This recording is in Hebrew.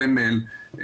סמל,